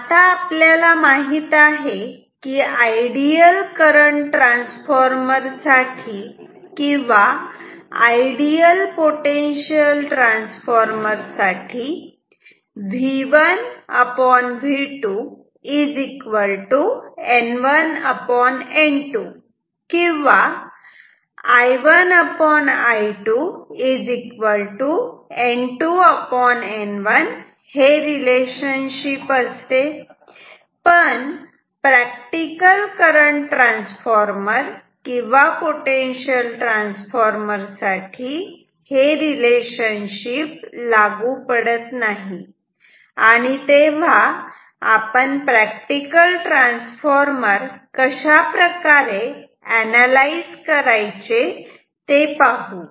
आता आपल्याला माहित आहे की आयडियल करंट ट्रान्सफॉर्मर साठी किंवा आयडियल पोटेन्शियल ट्रान्सफॉर्मर साठी V1V2 N1N2 किंवा I1I2N2N1 हे रिलेशनशिप असते पण प्रॅक्टिकल करंट ट्रान्सफॉर्मर किंवा पोटेन्शियल ट्रांसफार्मर साठी हे रिलेशनशिप लागू पडत नाही आणि तेव्हा आपण प्रॅक्टिकल ट्रान्सफॉर्मर कशाप्रकारे अनालाइज करायचे ते पाहू